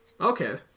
Okay